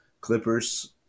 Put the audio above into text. Clippers